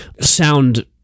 Sound